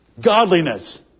godliness